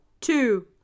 two